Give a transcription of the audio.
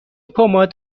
پماد